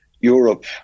Europe